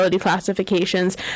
classifications